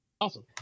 awesome